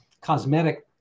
cosmetic